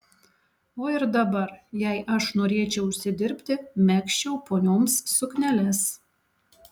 o ir dabar jei aš norėčiau užsidirbti megzčiau ponioms sukneles